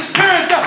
Spirit